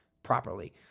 Properly